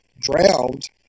drowned